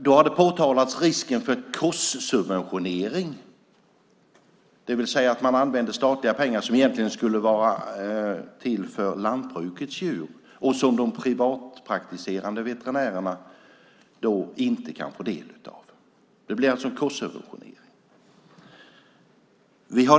Det har påtalats risken för krossubventionering, det vill säga att man använder statliga pengar som egentligen skulle vara till för lantbrukets djur och som de privatpraktiserande veterinärerna inte kan få del av. Det blir alltså en risk för krossubventionering.